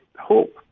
hope